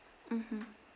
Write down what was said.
mmhmm